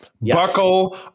Buckle